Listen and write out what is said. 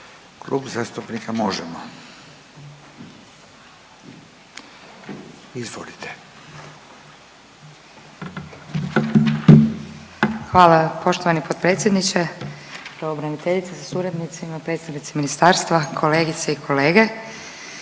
Klub zastupnika Možemo!, izvolite. **Kekin, Ivana (NL)** Hvala poštovani potpredsjedniče, pravobraniteljice sa suradnicima, predstavnici ministarstva, kolegice i kolege.